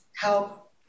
help